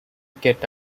get